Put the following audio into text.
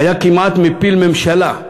הייתה כמעט מפילה ממשלה.